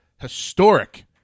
historic